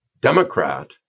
Democrat